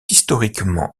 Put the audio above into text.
historiquement